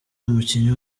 umukinnyi